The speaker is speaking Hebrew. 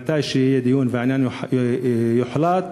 כשיהיה דיון והעניין יוחלט,